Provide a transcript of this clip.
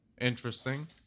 Interesting